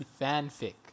fanfic